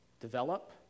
develop